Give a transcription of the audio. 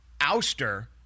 ouster